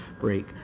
break